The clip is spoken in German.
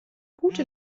gute